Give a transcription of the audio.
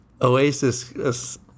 Oasis